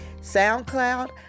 SoundCloud